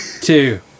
two